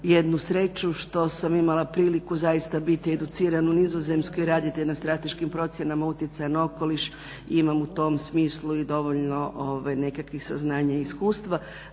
jednu sreću što sam imala priliku biti educirana u Nizozemskoj i raditi na strateškim procjena utjecaja na okoliš i imam u tom smislu dovoljno nekakvih saznanja i iskustva.